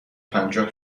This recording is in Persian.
پنجاه